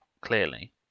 clearly